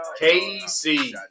KC